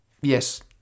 yes